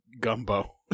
gumbo